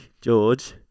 George